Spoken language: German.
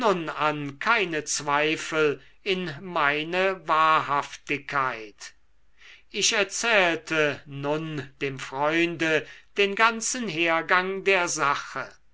an keine zweifel in meine wahrhaftigkeit ich erzählte nun dem freunde den ganzen hergang der sache